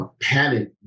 panic